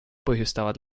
põhjustavad